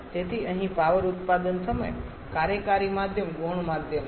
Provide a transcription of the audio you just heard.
તેથી અહીં પાવર ઉત્પાદન સમયે કાર્યકારી માધ્યમ ગૌણ માધ્યમ છે